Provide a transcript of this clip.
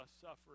suffering